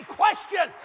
question